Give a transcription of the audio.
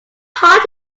hot